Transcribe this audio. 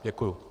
Děkuju.